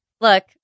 Look